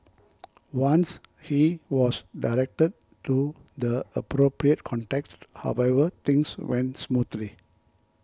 once he was directed to the appropriate contacts however things went smoothly